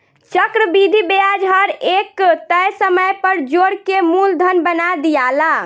चक्रविधि ब्याज हर एक तय समय पर जोड़ के मूलधन बना दियाला